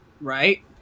Right